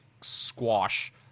squash